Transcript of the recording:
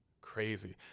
crazy